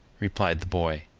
replied the boy.